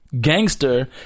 gangster